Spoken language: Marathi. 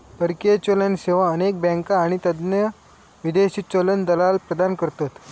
परकीय चलन सेवा अनेक बँका आणि तज्ञ विदेशी चलन दलाल प्रदान करतत